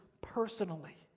personally